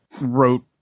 wrote